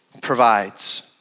provides